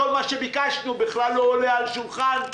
כל מה שביקשנו בכלל לא עולה על השולחן,